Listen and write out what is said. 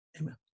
Amen